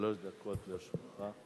שלוש דקות לרשותך.